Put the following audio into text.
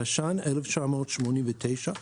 התש"ן-1989,